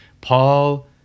Paul